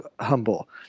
humble